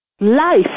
Life